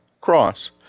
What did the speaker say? cross